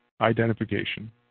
identification